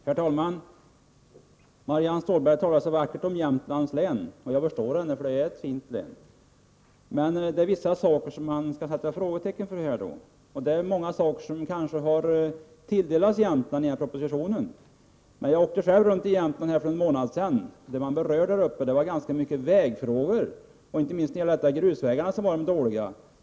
Herr talman! Marianne Stålberg talar så vackert om Jämtlands län. Och jag förstår henne — det är ett fint län. Men det är vissa saker som man kan sätta frågetecken för i detta sammanhang, och som gäller sådant som har tilldelats Jämtland i propositionen. Jag åkte runt i Jämtland för en månad sedan, och vid olika diskussioner så var det ofta vägfrågorna som togs upp, inte minst grusvägarna, som är mycket dåliga.